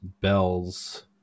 bells